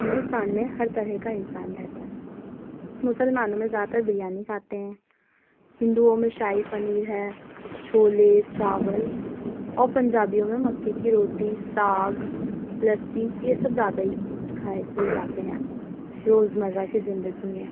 ہندوستان میں ہر طرح کا انسان رہتا ہے مسلمانوں میں زیادہ تر بریانی کھاتے ہیں ہندوؤں میں شاہی پنیر ہے چھولے چاول اور پنجابیوں میں مکے کی روٹی ساگ لسی یہ سب زیادہ ہی کھائے پیے جاتے ہیں روزمرہ کی زندگی میں